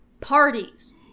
parties